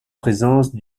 présence